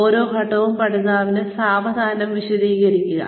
ഓരോ ഘട്ടവും പഠിതാവിന് സാവധാനം വിശദീകരിക്കുക